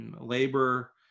labor